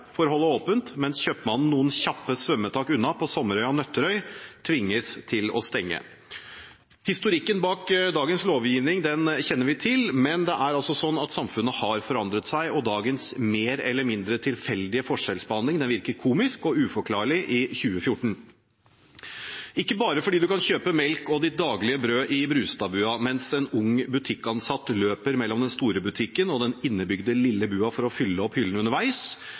holde åpent, mens kjøpmannen noen kjappe svømmetak unna, på sommerøya Nøtterøy, tvinges til å stenge. Historikken bak dagens lovgivning kjenner vi til, men samfunnet har forandret seg, og dagens mer eller mindre tilfeldige forskjellsbehandling virker komisk og uforklarlig i 2014 – ikke bare fordi man kan kjøpe melk og det daglige brød i Brustad-bua, mens en ung butikkansatt løper mellom den store butikken og den innebygde lille bua for å fylle opp hyllene underveis,